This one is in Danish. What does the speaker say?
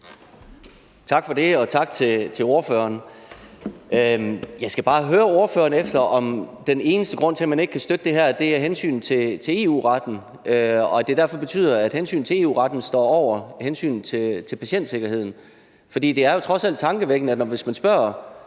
Tak for det, og tak til ordføreren. Jeg skal bare høre ordføreren, om den eneste grund til, at man ikke kan støtte det her, er hensynet til EU-retten, og at det derfor betyder, at hensynet til EU-retten står over hensynet til patientsikkerheden, for det er jo tankevækkende. Lægeforeningen